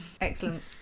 Excellent